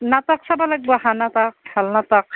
নাটক চাব লাগিব এখন নাটক ভাল নাটক